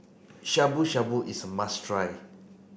Shabu Shabu is must try